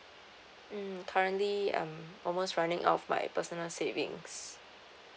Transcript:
mm currently um almost running out of my personal savings